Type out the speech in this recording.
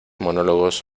monólogos